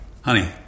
Honey